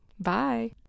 Bye